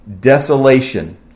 desolation